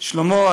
שלמה,